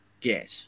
get